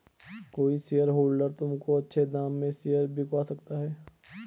कोई शेयरहोल्डर तुमको अच्छे दाम में शेयर बिकवा सकता है